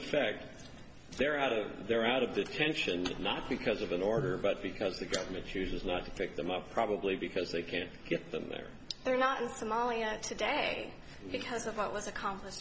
effect they're out of they're out of detention not because of an order but because the government chooses not to pick them up probably because they can't get them there they're not in somalia today because of what was accomplish